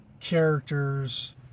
characters